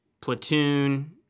platoon